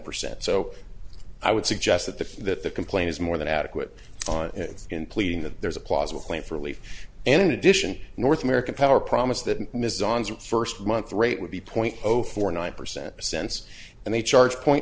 percent so i would suggest that the that the complaint is more than adequate on in pleading that there's a plausible claim for relief and in addition north american power promised that first month rate would be point zero four nine percent cents and they charge point